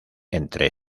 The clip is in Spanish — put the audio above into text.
entre